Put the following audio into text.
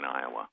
Iowa